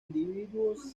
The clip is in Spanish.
individuos